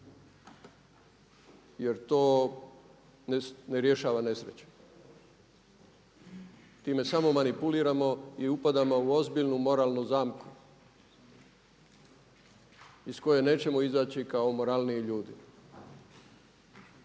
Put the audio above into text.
jer to ne rješava nesreće. Time samo manipuliramo i upadamo u ozbiljnu moralnu zamku iz koje nećemo izaći kao moralniji ljudi.